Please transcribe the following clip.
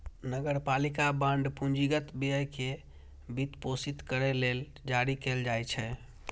नगरपालिका बांड पूंजीगत व्यय कें वित्तपोषित करै लेल जारी कैल जाइ छै